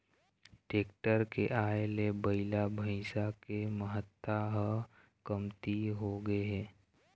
tractor के आए ले बइला, भइसा के महत्ता ह कमती होगे हे